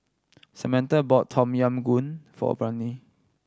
Samantha bought Tom Yam Goong for Brady